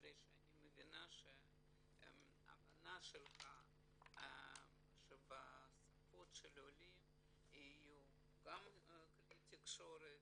בגלל שאני מבינה שההבנה שלך שבשפות העולים יהיו גם כלי תקשורת,